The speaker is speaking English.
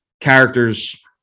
characters